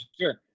sure